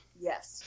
Yes